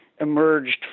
emerged